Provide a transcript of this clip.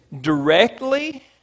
directly